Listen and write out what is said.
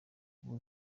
uba